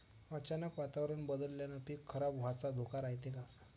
अचानक वातावरण बदलल्यानं पीक खराब व्हाचा धोका रायते का?